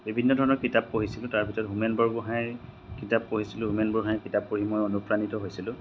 বিভিন্ন ধৰণৰ কিতাপ পঢ়িছিলোঁ তাৰ ভিতৰত হোমেন বৰগোহাঁইৰ কিতাপ পঢ়িছিলোঁ হোমেন বৰগোঁহাইৰ কিতাপ পঢ়ি মই অনুপ্ৰাণিত হৈছিলোঁ